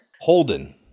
Holden